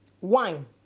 wine